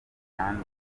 kandi